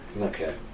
Okay